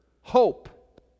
hope